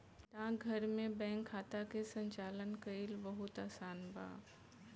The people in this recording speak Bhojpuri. डाकघर में बैंक खाता के संचालन कईल बहुत आसान बा